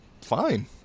fine